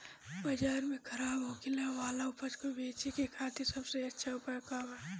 बाजार में खराब होखे वाला उपज को बेचे के खातिर सबसे अच्छा उपाय का बा?